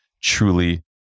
truly